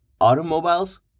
automobiles